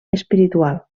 espiritual